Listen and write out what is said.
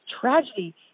tragedy